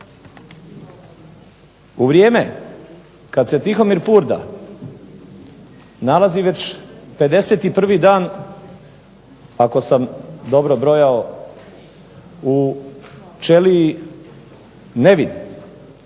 U vrijeme kad se Tihomir Purda nalazi već 51. dan, ako sam dobro brojao, u ćeliji nevin,